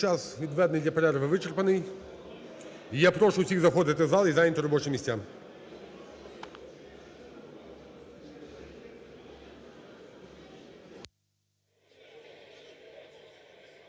відведений для перерви, вичерпаний, і я прошу всіх заходити в зал і зайняти робочі місця.